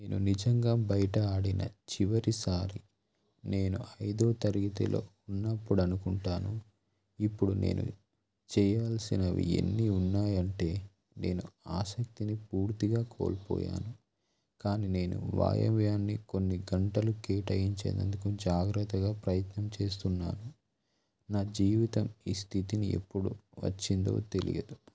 నేను నిజంగా బయట ఆడిన చివరిసారి నేను ఐదో తరగతిలో ఉన్నపుడు అనుకుంటాను ఇప్పుడు నేను చెయ్యాల్సినవి ఎన్ని ఉన్నాయంటే నేను ఆసక్తిని పూర్తిగా కోల్పోయాను కానీ నేను వ్యాయామాన్ని కొన్ని గంటలు కేటాయించేందుకు జాగ్రత్తగా ప్రయత్నం చేస్తున్నాను నా జీవితం ఈ స్థితిని ఎప్పుడు వచ్చిందో తెలియదు